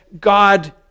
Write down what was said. God